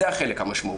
זה החלק המשמעותי.